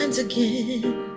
again